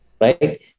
right